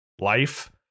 life